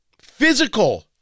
physical